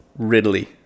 ridley